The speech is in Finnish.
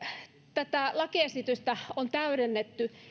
tätä lakiesitystä on täydennetty